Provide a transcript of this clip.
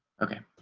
okay.